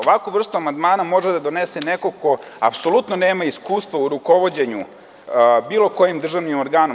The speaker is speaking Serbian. Ovakvu vrstu amandmana može da donese neko ko apsolutno nema iskustva u rukovođenju bilo kojim državnim organom.